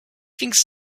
things